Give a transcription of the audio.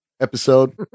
episode